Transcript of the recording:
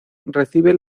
recibe